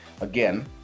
again